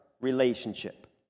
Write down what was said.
relationship